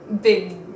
big